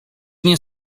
nie